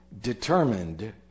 determined